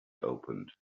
opened